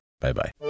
Bye-bye